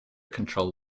control